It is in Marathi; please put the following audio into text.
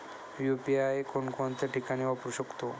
यु.पी.आय कोणकोणत्या ठिकाणी वापरू शकतो?